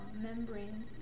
membrane